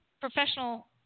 professional